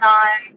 on